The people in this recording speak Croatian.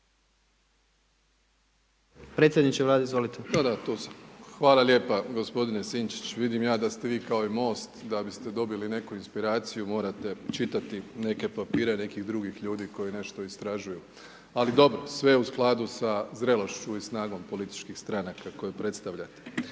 **Plenković, Andrej (HDZ)** Hvala lijepa gospodine Sinčić. Vidim ja da ste vi kao i Most, da biste dobili neku inspiraciju morate čitati neke papire, nekih drugih ljudi, koji nešto istražuju. Ali dobro, sve u skladu sa zrelošću i snagom političkih stranaka koje predstavljate.